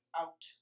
out